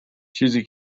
چیزی